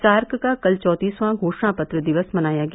SAARC का कल चौंतीसवां घोषणापत्र दिवस मनाया गया